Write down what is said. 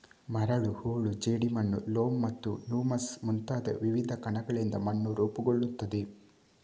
ಮರಳು, ಹೂಳು, ಜೇಡಿಮಣ್ಣು, ಲೋಮ್ ಮತ್ತು ಹ್ಯೂಮಸ್ ಮುಂತಾದ ವಿವಿಧ ಕಣಗಳಿಂದ ಮಣ್ಣು ರೂಪುಗೊಳ್ಳುತ್ತದೆ